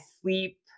sleep